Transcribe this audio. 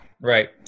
Right